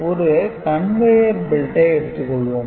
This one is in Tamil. ஒரு "Conveyer belt" ஐ எடுத்துக் கொள்வோம்